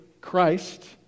Christ